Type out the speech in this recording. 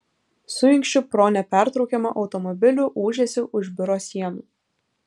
suinkščiu pro nepertraukiamą automobilių ūžesį už biuro sienų